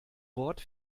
wort